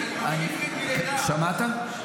דינמיקה --- אני מדבר עברית מלידה.